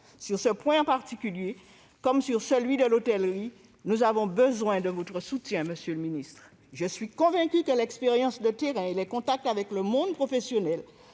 Sur ce point en particulier, comme sur celui de l'hôtellerie, nous avons besoin de votre soutien, monsieur le ministre. Je suis convaincue que l'expérience de terrain et les contacts avec le monde professionnel,